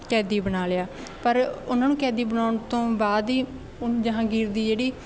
ਕੈਦੀ ਬਣਾ ਲਿਆ ਪਰ ਉਹਨਾਂ ਨੂੰ ਕੈਦੀ ਬਣਾਉਣ ਤੋਂ ਬਾਅਦ ਹੀ ਉਹਨੂੰ ਜਹਾਂਗੀਰ ਦੀ ਜਿਹੜੀ